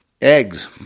eggs